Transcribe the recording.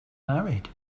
married